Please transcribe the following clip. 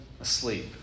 asleep